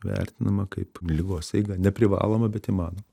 vertinama kaip ligos eiga neprivaloma bet įmano